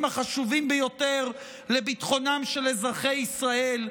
החשובים ביותר לביטחונם של אזרחי ישראל,